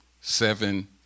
seven